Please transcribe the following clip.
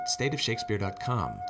stateofshakespeare.com